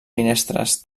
finestres